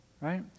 Right